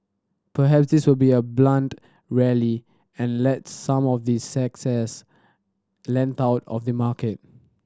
perhaps this will be a blunt rally and let some of the length out of the market